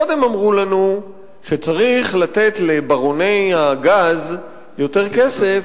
קודם אמרו לנו שצריך לתת לברוני הגז יותר כסף,